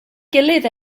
gilydd